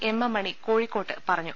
M M Mani കോഴിക്കോട്ട് പറഞ്ഞു